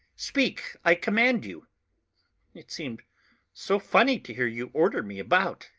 speak, i command you it seemed so funny to hear you order me about,